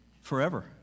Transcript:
forever